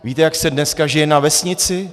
Víte, jak se dneska žije na vesnici?